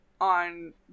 on